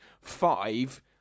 five